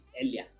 earlier